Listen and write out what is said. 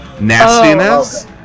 nastiness